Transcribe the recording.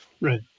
Right